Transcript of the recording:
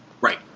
Right